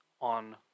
on